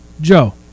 Joe